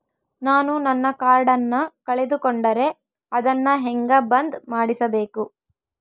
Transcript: ನಾನು ನನ್ನ ಕಾರ್ಡನ್ನ ಕಳೆದುಕೊಂಡರೆ ಅದನ್ನ ಹೆಂಗ ಬಂದ್ ಮಾಡಿಸಬೇಕು?